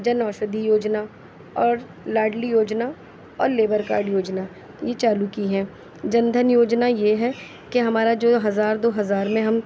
جن اوشدھی یوجنا اور لاڈلی یوجنا اور لیبر کارڈ یوجنا یہ چالو کی ہیں جن دھن یوجنا یہ ہے کہ ہمارا جو ہے ہزار دو ہزار میں ہم